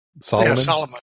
Solomon